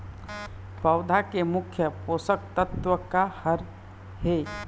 पौधा के मुख्य पोषकतत्व का हर हे?